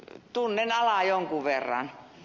tunnen alaa jonkun verran